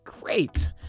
great